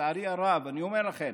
לצערי הרב, אני אומר לכם,